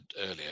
earlier